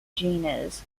genus